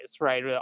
right